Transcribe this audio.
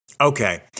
Okay